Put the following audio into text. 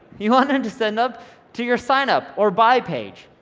you wanted and to send them to your signup or buy page,